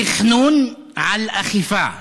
תכנון על אכיפה.